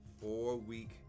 Four-Week